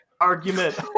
Argument